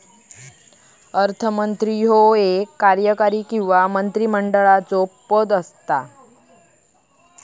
अर्थमंत्री ह्यो एक कार्यकारी किंवा मंत्रिमंडळाचो पद असता